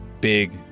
Big